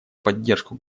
поддержку